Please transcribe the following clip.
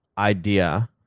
idea